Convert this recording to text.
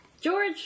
george